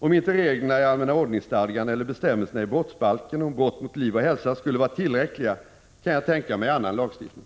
Om inte reglerna i allmänna ordningsstadgan eller bestämmelserna i brottsbalken om brott mot liv och hälsa skulle vara tillräckliga kan jag tänka mig annan lagstiftning.